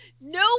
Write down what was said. No